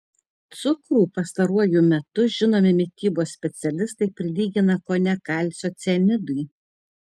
cukrų pastaruoju metu žinomi mitybos specialistai prilygina kone kalcio cianidui